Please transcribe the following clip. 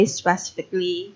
specifically